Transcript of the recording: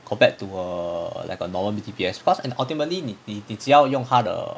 compared to err like a normal D_P_S cause ultimately 你你只要用他的